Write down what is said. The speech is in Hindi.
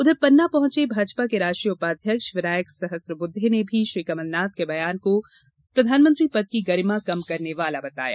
उधर पन्ना पहॅचे भाजपा के राष्ट्रीय उपाध्यक्ष विनायक सहस्त्रबुद्वे ने भी श्री कमलनाथ के बयान को प्रधानमंत्री पद की गरिमा कम करने वाला बताया